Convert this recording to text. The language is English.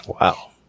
Wow